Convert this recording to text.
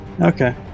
Okay